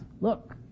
Look